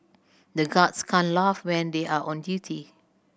the guards can't laugh when they are on duty